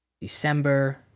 December